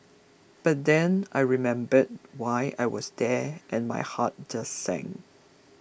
but then I remembered why I was there and my heart just sank